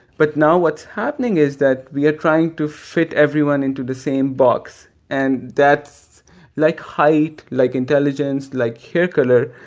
but now what's happening is that we are trying to fit everyone into the same box, and that's like height, like intelligence, like hair color,